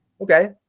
Okay